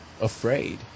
afraid